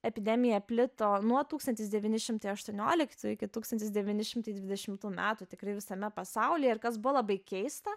epidemija plito nuo tūkstantis devyni šimtai aštuonioliktų iki tūkstantis devyni šimtai dvidešimtų metų tikrai visame pasaulyje ir kas buvo labai keista